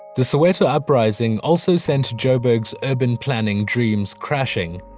the soweto uprising also sent joburg's urban planning dreams crashing.